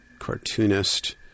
cartoonist